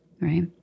right